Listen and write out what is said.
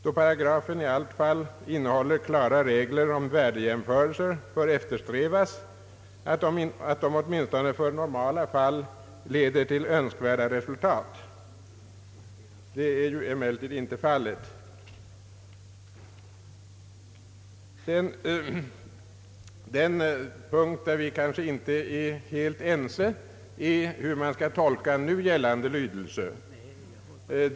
Då paragrafen i allt fall innehåller klara regler om värdejämförelser bör eftersträvas, att de åtminstone för normala fall leder till önskvärda resultat.» Det är ju emellertid inte fallet. Den punkt där vi kanske inte är helt ense gäller hur man skall tolka nu gällande lydelse.